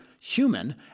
human